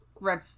Red